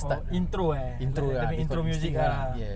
oh intro eh like dia punya intro music ah